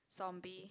zombie